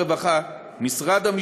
הרווחה והשירותים החברתיים,